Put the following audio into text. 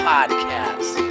Podcast